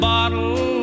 bottle